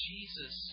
Jesus